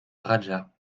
raja